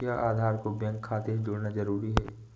क्या आधार को बैंक खाते से जोड़ना जरूरी है?